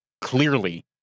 clearly